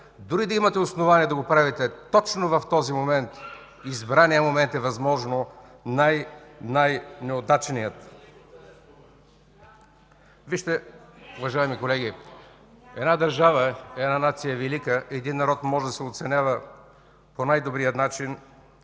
Дори да имате основание да го правите точно в този момент, избраният момент е възможно най, най-неудачният. Вижте, уважаеми колеги, една държава, една нация е велика, един народ може да се оценява по най-добрия начин